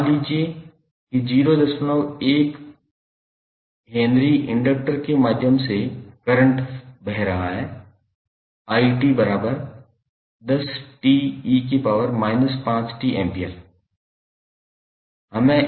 मान लीजिए कि 01 H इंडक्टर के माध्यम से करंट है 𝑖𝑡10𝑡𝑒−5𝑡 A